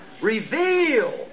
Reveal